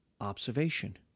Observation